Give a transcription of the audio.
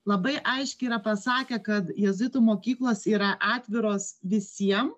labai aiškiai yra pasakę kad jėzuitų mokyklos yra atviros visiem